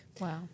Wow